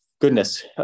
goodness